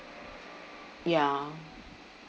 ya